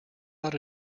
ought